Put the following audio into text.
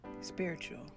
Spiritual